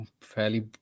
Fairly